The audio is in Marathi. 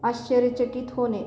आश्चर्यचकित होणे